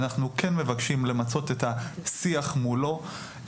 אנחנו כן מבקשים למצות את השיח מולו,